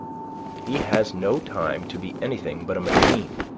he has no time to be anything but a machine.